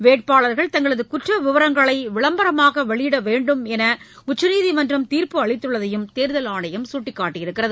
வேட்பாளர்கள் தங்களது குற்ற விவரங்களை விளம்பரமாக வெளியிட வேண்டும் என்று உச்சநீதிமன்றம் தீர்ப்பு அளித்துள்ளதையும் தேர்தல் ஆணையம் சுட்டிக்காட்டியுள்ளது